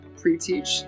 pre-teach